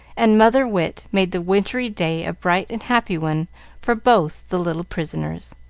and mother-wit made the wintry day a bright and happy one for both the little prisoners.